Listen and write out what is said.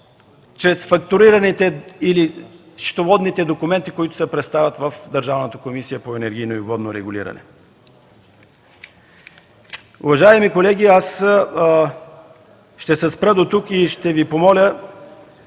чрез фактурираните или счетоводните документи, които се представят в Държавната комисия по енергийно и водно регулиране. Уважаеми колеги, ще спра дотук и ще Ви помоля